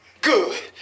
Good